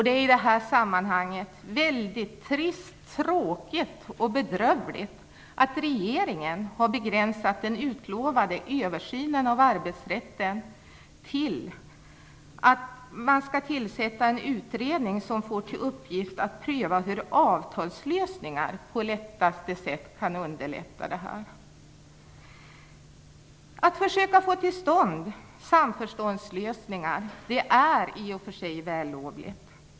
Det är i det här sammanhanget tråkigt och bedrövligt att regeringen har begränsat den utlovade översynen av arbetsrätten till att tillsätta en utredning som får till uppgift att pröva hur avtalslösningar på bästa sätt kan underlätta situationen. Att försöka få till stånd samförståndslösningar är i och för sig vällovligt.